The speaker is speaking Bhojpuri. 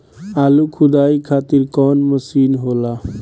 आलू खुदाई खातिर कवन मशीन होला?